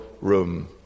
room